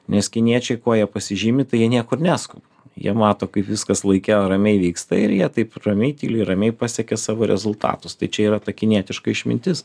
nes kiniečiai kuo jie pasižymi tai jie niekur neskuba jie mato kaip viskas laike ramiai vyksta ir jie taip ramiai tyliai ramiai pasiekia savo rezultatus tai čia yra ta kinietiška išmintis